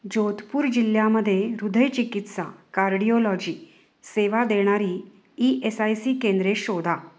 जोधपूर जिल्ह्यामध्ये हृदयचिकित्सा कार्डिओलॉजी सेवा देणारी ई एस आय सी केंद्रे शोधा